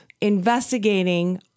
Investigating